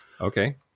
okay